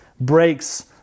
breaks